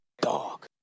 dog